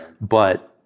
But-